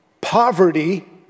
poverty